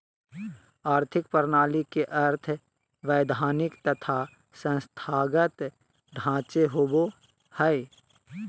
आर्थिक प्रणाली के अर्थ वैधानिक तथा संस्थागत ढांचे होवो हइ